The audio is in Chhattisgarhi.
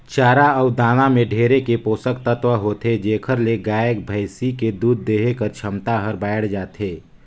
चारा अउ दाना में ढेरे के पोसक तत्व होथे जेखर ले गाय, भइसी के दूद देहे कर छमता हर बायड़ जाथे